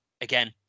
again